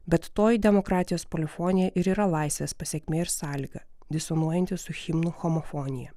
bet toji demokratijos polifonija ir yra laisvės pasekmė ir sąlyga disonuojanti su himnu homofonija